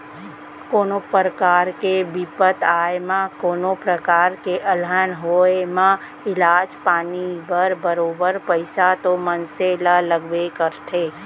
कोनो परकार के बिपत आए म कोनों प्रकार के अलहन होय म इलाज पानी बर बरोबर पइसा तो मनसे ल लगबे करथे